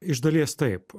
iš dalies taip